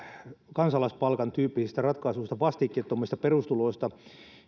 kansalaispalkan tyyppisistä ratkaisuista vastikkettomista perustuloista